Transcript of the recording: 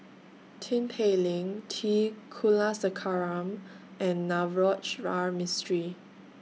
Tin Pei Ling T Kulasekaram and Navroji R Mistri